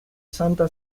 santa